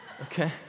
Okay